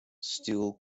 steel